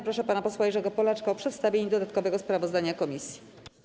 Proszę pana posła Jerzego Polaczka o przedstawienie dodatkowego sprawozdania komisji.